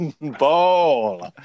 ball